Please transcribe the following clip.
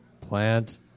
plant